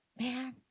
man